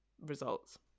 results